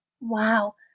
Wow